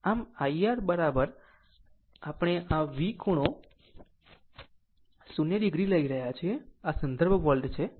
આમ IR આપણે આ V ખૂણો 0 o લઈ રહ્યા છીએ આ સંદર્ભ વોલ્ટેજ છે